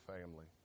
family